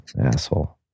Asshole